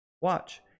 Watch